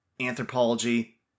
anthropology